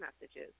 messages